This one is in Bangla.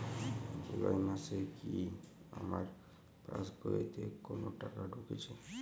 জুলাই মাসে কি আমার পাসবইতে কোনো টাকা ঢুকেছে?